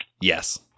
Yes